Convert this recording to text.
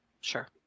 Sure